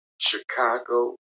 Chicago